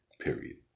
period